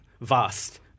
vast